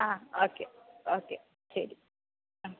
ആ okay okay ശരി ആ